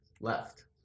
left